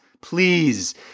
please